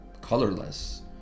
colorless